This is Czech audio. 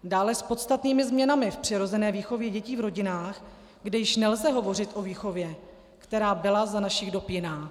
Dále s podstatnými změnami v přirozené výchově dětí v rodinách, kde již nelze hovořit o výchově, která byla za našich dob jiná.